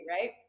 Right